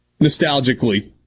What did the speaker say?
nostalgically